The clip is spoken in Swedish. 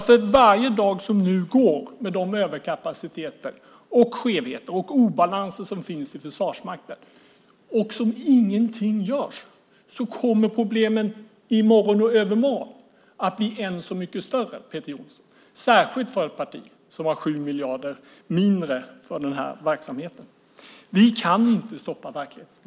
För varje dag som går med de överkapaciteter, skevheter och obalanser som finns i Försvarsmakten kommer, om ingenting görs, problemen i morgon och i övermorgon att bli ännu mycket större, Peter Jonsson, särskilt för ett parti som har 7 miljarder mindre för den här verksamheten. Vi kan inte stoppa verkligheten.